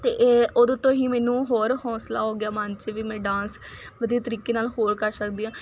ਅਤੇ ਇਹ ਉਦੋਂ ਤੋਂ ਹੀ ਮੈਨੂੰ ਹੋਰ ਹੌਂਸਲਾ ਹੋ ਗਿਆ ਮਨ 'ਚ ਵੀ ਮੈਂ ਡਾਂਸ ਵਧੀਆ ਤਰੀਕੇ ਨਾਲ ਹੋਰ ਕਰ ਸਕਦੀ ਹਾਂ